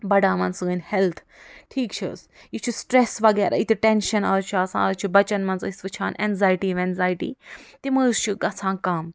بڑھاوان سٲنۍ ہیٚلتھ ٹھیٖک چھُ حظ یہِ چھُ سٹریٚس وغیرہ یہِ تہِ ٹیٚنشن آز چھِ آسان آز چھِ بچن منٛز أسۍ وُچھان ایٚنٛکزایٹی ویٚنٛکزایٹی تِم حظ چھِ گژھان کم